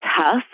tough